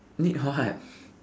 need what